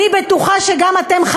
אני בטוחה שגם אתם,